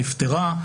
שנפטרה,